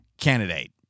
candidate